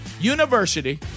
University